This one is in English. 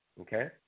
okay